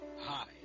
Hi